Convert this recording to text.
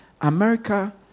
America